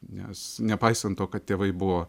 nes nepaisant to kad tėvai buvo